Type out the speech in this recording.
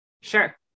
Sure